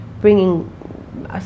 bringing